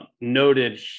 noted